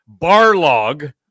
Barlog